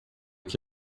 que